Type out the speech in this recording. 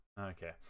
Okay